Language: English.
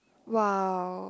!wow!